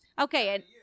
okay